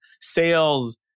sales